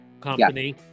company